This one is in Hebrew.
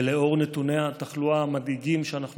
ולנוכח נתוני התחלואה המדאיגים שאנחנו